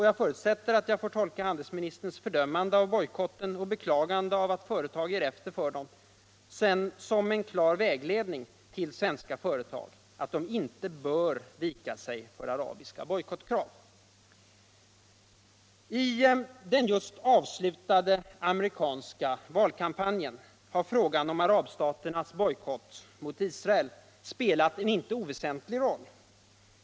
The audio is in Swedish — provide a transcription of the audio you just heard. Jag förutsätter alt jaug får tolka handelsministerns fördömande av bojkotten och beklagande av all företag ger efter för den som en klar vägledning till svenska företag att de inte bör vika sig för arabiska bojkottkrav. I den just avslutade amerikanska valkampanjen har frågaun om arabstaternas bojkott mot Israel spelat en inte oväsentlig roll.